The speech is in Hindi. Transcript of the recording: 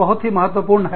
बहुत ही महत्वपूर्ण है